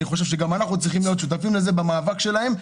אני חושב שגם אנחנו צריכים להיות שותפים לזה במאבק שלהן.